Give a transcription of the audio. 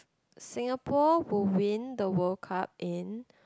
Singapore who win the World Cup in